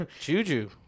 Juju